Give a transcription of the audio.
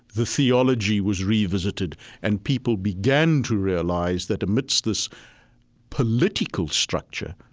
the theology was revisited and people began to realize that amidst this political structure,